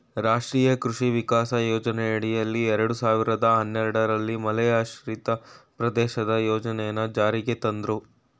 ರಾಷ್ಟ್ರೀಯ ಕೃಷಿ ವಿಕಾಸ ಯೋಜನೆಯಡಿಯಲ್ಲಿ ಎರಡ್ ಸಾವಿರ್ದ ಹನ್ನೆರಡಲ್ಲಿ ಮಳೆಯಾಶ್ರಿತ ಪ್ರದೇಶದ ಯೋಜನೆನ ಜಾರಿಗ್ ತಂದ್ರು